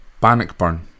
Bannockburn